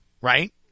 right